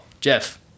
Jeff